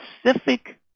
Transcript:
specific